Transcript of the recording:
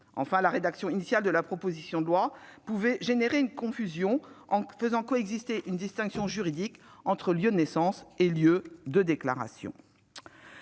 Enfin, la rédaction initiale de la proposition de loi pouvait engendrer une certaine confusion en faisant coexister une distinction juridique entre lieu de naissance et lieu de déclaration